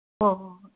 ꯍꯣ ꯍꯣ ꯍꯣꯏ